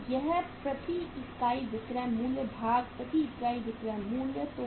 तो यह प्रति इकाई विक्रय मूल्य भाग प्रति इकाई विक्रय मूल्य है